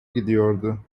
gidiyordu